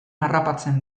harrapatzen